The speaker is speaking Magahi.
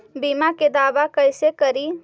बीमा के दावा कैसे करी?